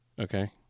okay